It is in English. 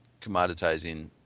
commoditizing